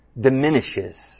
diminishes